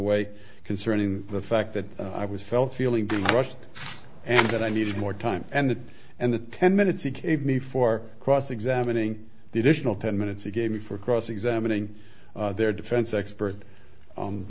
way concerning the fact that i was felt feeling rushed and that i needed more time and that and the ten minutes he gave me for cross examining the additional ten minutes he gave me for cross examining their defense expert